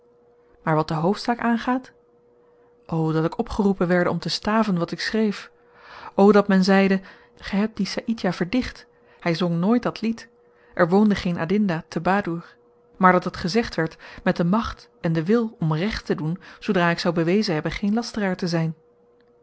maar wat de hoofdzaak aangaat o dat ik opgeroepen werde om te staven wat ik schreef o dat men zeide ge hebt dien saïdjah verdicht hy zong nooit dat lied er woonde geen adinda te badoer maar dat het gezegd werd met de macht en den wil om recht te doen zoodra ik zou bewezen hebben geen lasteraar te zyn